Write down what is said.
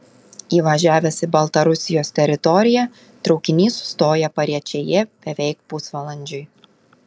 įvažiavęs į baltarusijos teritoriją traukinys sustoja pariečėje beveik pusvalandžiui